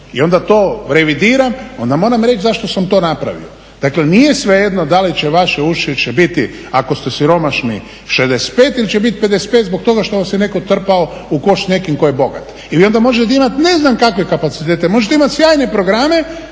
i onda to revidiram, onda moram reći zašto sam to napravio. Dakle, nije svejedno da li će vaše učešće biti ako ste siromašni 65 ili će biti 55 zbog toga što vas je netko trpao u koš s nekim tko je bogat i vi onda možete imati ne znam kakve kapacitet, možete imati sjajne programe